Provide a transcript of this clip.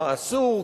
מה אסור,